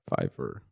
Fiverr